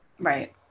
Right